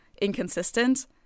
inconsistent